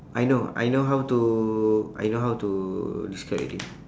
I know I know how to I know how to describe already